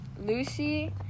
Lucy